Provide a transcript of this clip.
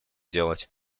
делать